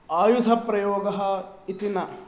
आयुधप्रयोगः इति न